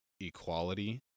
equality